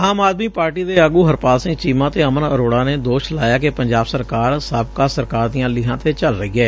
ਆਮ Aadmi Party ਦੇ ਆਗੁ ਹਰਪਾਲ ਸਿੰਘ ਚੀਮਾ ਅਤੇ ਅਮਨ ਅਰੋੜਾ ਨੇ ਦੋਸ਼ ਲਾਇਐ ਕਿ ਪੰਜਾਬ ਸਰਕਾਰ ਸਾਬਕਾ ਸਰਕਾਰ ਦੀਆਂ ਲੀਹਾਂ ਤੇ ਚਲ ਰਹੀ ਏ